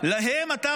להם אתה,